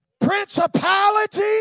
principality